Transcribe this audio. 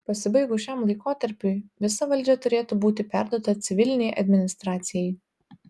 pasibaigus šiam laikotarpiui visa valdžia turėtų būti perduota civilinei administracijai